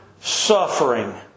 suffering